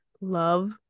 love